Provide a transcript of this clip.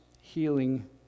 healing